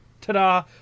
Ta-da